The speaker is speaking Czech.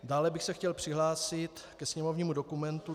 Dále bych se chtěl přihlásit ke sněmovnímu dokumentu 3258.